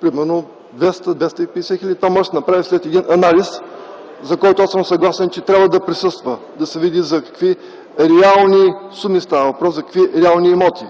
примерно 200-250 хил. лв. Това може да се направи след един анализ, за който аз съм съгласен, че трябва да присъства, за да се види за какви реални суми става въпрос, за какви реални имоти.